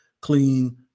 clean